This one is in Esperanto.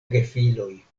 gefiloj